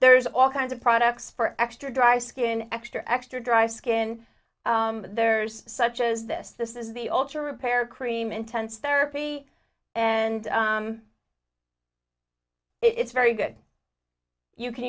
there's all kinds of products for extra dry skin extra extra dry skin there's such as this this is the ultra repair cream intense therapy and it's very good you can